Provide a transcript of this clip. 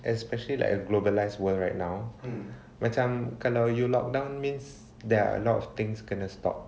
especially like a globalized world right now macam kalau you lockdown means there are a lot of things gonna stop